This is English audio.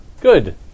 Good